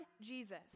Jesus